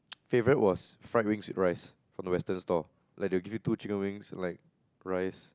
favourite was fried wings with rice from the Western stall like they would give you two chicken wings and like rice